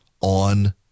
on